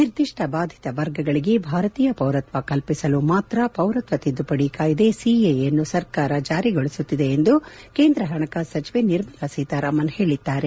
ನಿರ್ದಿಷ್ಟ ಬಾಧಿತ ವರ್ಗಗಳಿಗೆ ಭಾರತೀಯ ಪೌರತ್ವ ಕಲ್ಪಿಸಲು ಮಾತ್ರ ಪೌರತ್ವ ತಿದ್ದುಪಡಿ ಕಾಯ್ದೆ ಸಿಎಎ ಯನ್ನು ಸರ್ಕಾರ ಜಾರಿಗೊಳಿಸುತ್ತಿದೆ ಎಂದು ಕೇಂದ್ರ ಹಣಕಾಸು ಸಚಿವೆ ನಿರ್ಮಲಾ ಸೀತಾರಾಮನ್ ಹೇಳಿದ್ದಾರೆ